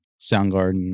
Soundgarden